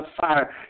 fire